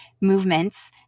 movements